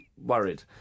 worried